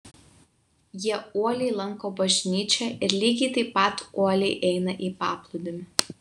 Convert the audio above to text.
jie uoliai lanko bažnyčią ir lygiai taip pat uoliai eina į paplūdimį